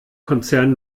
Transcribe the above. konzern